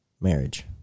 marriage